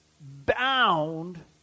bound